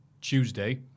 Tuesday